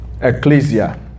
Ecclesia